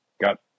got